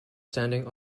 standing